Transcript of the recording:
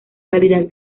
calidad